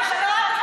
החוק.